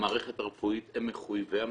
והמערכת הרפואית הם מחויבי המציאות,